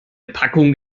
packung